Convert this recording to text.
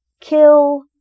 kill